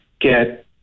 get